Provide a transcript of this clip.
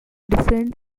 different